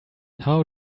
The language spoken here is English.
how